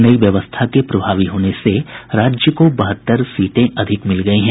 नई व्यवस्था के प्रभावी होने से राज्य को बहत्तर सीटें अधिक मिल गयी हैं